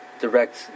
direct